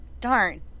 Darn